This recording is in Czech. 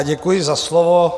Děkuji za slovo.